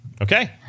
Okay